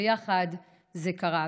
ויחד זה קרה.